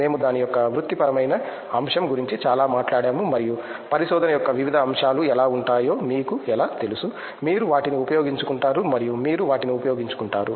మేము దాని యొక్క వృత్తిపరమైన అంశం గురించి చాలా మాట్లాడాము మరియు పరిశోధన యొక్క వివిధ అంశాలు ఎలా ఉంటాయో మీకు ఎలా తెలుసు మీరు వాటిని ఉపయోగించుకుంటారు మరియు మీరు వాటిని ఉపయోగించుకుంటారు